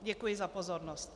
Děkuji za pozornost.